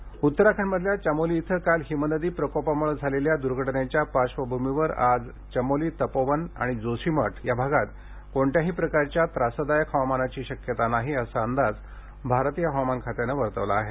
हिमनदी प्रकोप उत्तराखंडमधल्या चमोली इथं काल हिमनदी प्रकोपामुळे झालेल्या झालेल्या दुर्घटनेच्या पार्श्वभूमीवर आज चामोली तपोवन आणि जोशीमठ या भागात कोणत्याही प्रकारच्या त्रासदायक हवामानाची शक्यता नाही असा अंदाज भारतीय हवामान खात्याने वर्तवला आहे